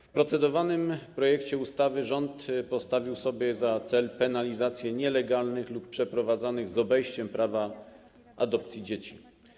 W procedowanym projekcie ustawy rząd postawił sobie za cel penalizację nielegalnych lub przeprowadzanych z obejściem prawa adopcji dzieci.